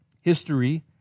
History